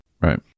Right